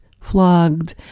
flogged